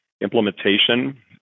Implementation